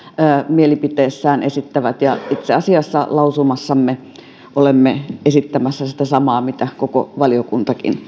mielipiteessään esittävät itse asiassa lausumassamme olemme esittämässä sitä samaa mitä koko valiokuntakin